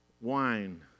wine